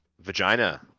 vagina